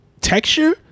texture